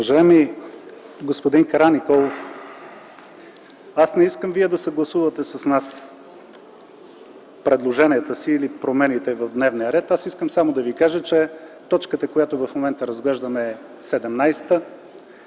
Уважаеми господин Караниколов, не искам вие да съгласувате с нас предложенията си или промените в дневния ред. Искам само да Ви кажа, че точката, която в момента разглеждаме, е 17.